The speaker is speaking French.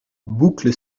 boucle